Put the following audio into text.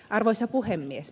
arvoisa puhemies